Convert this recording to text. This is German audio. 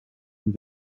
und